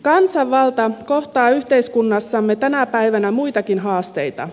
kansanvalta kohtaa yhteiskunnassamme tänä päivänä muitakin haasteita